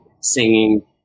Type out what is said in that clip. singing